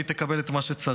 והיא תקבל את מה שצריך.